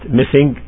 missing